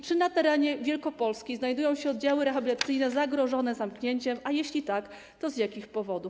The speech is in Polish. Czy na terenie Wielkopolski znajdują się oddziały rehabilitacyjne zagrożone zamknięciem, a jeśli tak, to z jakich powodów?